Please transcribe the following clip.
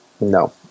No